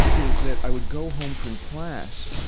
is that i would go home from class,